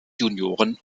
junioren